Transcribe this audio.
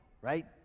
right